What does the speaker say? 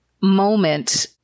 moment